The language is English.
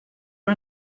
are